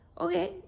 okay